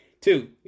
Two